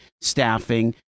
staffing